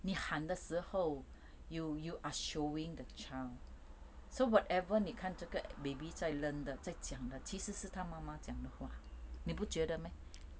你喊的时候 you you are showing the child so whatever 你看这个 baby 在 learn 的在讲的其实是她妈妈讲的话你不觉得吗